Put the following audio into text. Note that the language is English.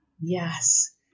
Yes